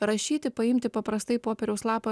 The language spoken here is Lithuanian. rašyti paimti paprastai popieriaus lapą